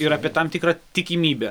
ir apie tam tikrą tikimybę